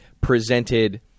presented